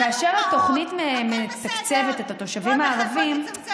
לא היו פרעות, הכול בסדר, לצמצם את, פשוט בושה.